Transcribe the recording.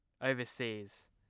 overseas